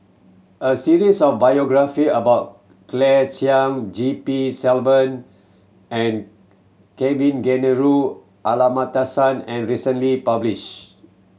a series of biography about Claire Chiang G P Selvam and Kavignareru Amallathasan and recently published